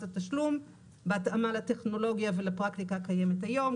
התשלום בהתאמה לטכנולוגיה ולפרקטיקה הקיימת היום,